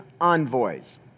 envoys